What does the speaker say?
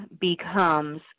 becomes